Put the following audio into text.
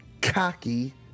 cocky